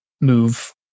move